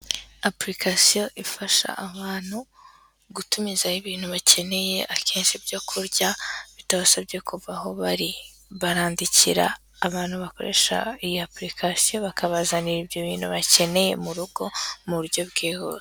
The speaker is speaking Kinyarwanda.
Apulikasiyo ifasha abantu gutumiza ibintu bakeneye akenshi ibyo kurya bitabasabye kuva aho bari, barandikira abantu bakoresha iyi apulikasiyo bakabazanira ibyo bintu bakeneye mu rugo, mu buryo bwihuse.